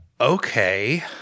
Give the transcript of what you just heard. Okay